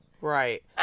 Right